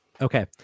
Okay